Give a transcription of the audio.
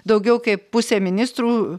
daugiau kaip pusė ministrų